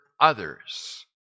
others